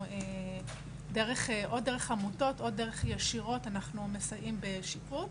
ודרך עמותות או בדרכים ישירות אנחנו מסייעים בשיפוץ,